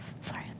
Sorry